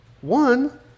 One